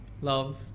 love